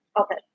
Okay